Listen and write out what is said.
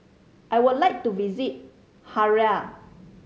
I would like to visit Harare